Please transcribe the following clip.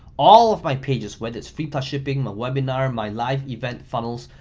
all of my pages, whether it's free plus shipping, my webinar, my live event funnels,